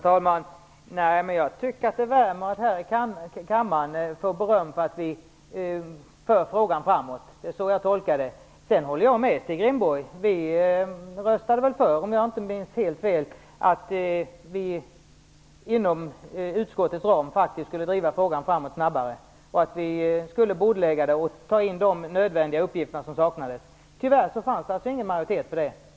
Herr talman! Nej, jag tycker att det värmer att vi här i kammaren får beröm för att vi för frågan framåt. Det är så jag tolkar det. Sedan håller jag med Stig Rindborg. Om jag inte minns helt fel röstade vi ja till att utskottet skulle driva frågan snabbare genom bordläggning och framtagande av de uppgifter som saknades. Tyvärr fanns det ingen majoritet för det.